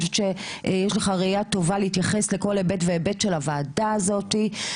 אני חושבת שיש לך ראייה טובה להתייחס לכל היבט והיבט של הוועדה הזאתי,